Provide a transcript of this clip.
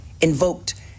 invoked